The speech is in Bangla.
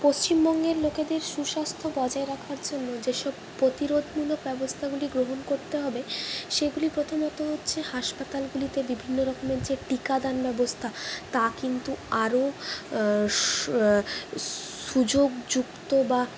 পশ্চিমবঙ্গের লোকেদের সুস্বাস্থ্য বজায় রাখার জন্য যেসব প্রতিরোধমূলক ব্যবস্থাগুলি গ্রহণ করতে হবে সেগুলি প্রথমত হচ্ছে হাসপাতালগুলিতে বিভিন্ন রকমের যে টিকাদান ব্যবস্থা তা কিন্তু আরও সুযোগযুক্ত বা